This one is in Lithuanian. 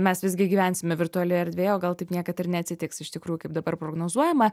mes visi gyvensime virtualioje erdvėje o gal taip niekad ir neatsitiks iš tikrųjų kaip dabar prognozuojama